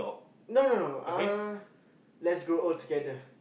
no no no uh let's grow old together